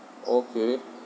okay